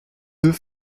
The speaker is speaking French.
deux